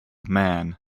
man